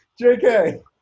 JK